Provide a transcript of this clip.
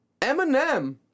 Eminem